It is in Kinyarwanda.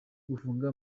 gufunga